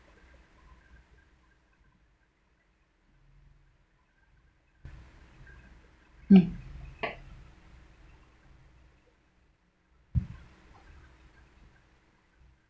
mm